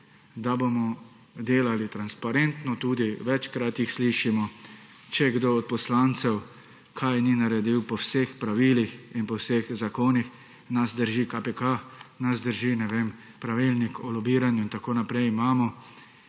da bomo delali transparentno tudi večkrat jih slišimo, če kdo od poslancev kaj ni naredil po vseh pravilih in po vseh zakonih nas drži KPK nas drži ne vem Pravilnik o lobiranju in tako naprej imamo